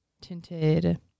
tinted